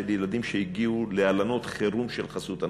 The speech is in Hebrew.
ילדים שהגיעו להלנות חירום של חסות הנוער.